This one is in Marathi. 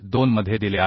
2 मध्ये दिले आहे